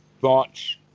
thoughts